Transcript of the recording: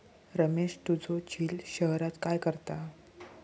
रमेश तुझो झिल शहरात काय करता?